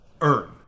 earn